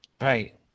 Right